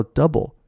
Double